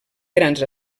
grans